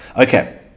Okay